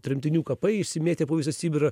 tremtinių kapai išsimėtę po visą sibirą